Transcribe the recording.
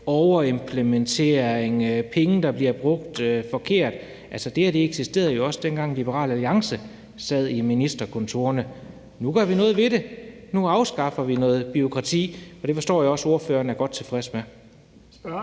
overimplementering og penge, der bliver brugt forkert, og sige, at det her jo altså også eksisterede, dengang Liberal Alliance sad i ministerkontorerne. Nu gør vi noget ved det. Nu afskaffer vi noget bureaukrati, og det forstår jeg også ordføreren er godt tilfreds med. Kl.